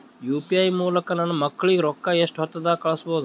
UPI ಮೂಲಕ ನನ್ನ ಮಕ್ಕಳಿಗ ರೊಕ್ಕ ಎಷ್ಟ ಹೊತ್ತದಾಗ ಕಳಸಬಹುದು?